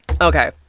Okay